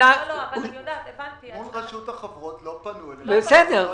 לא פנו אלינו.